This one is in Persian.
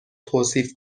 توصیف